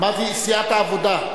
אמרתי סיעת העבודה.